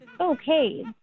Okay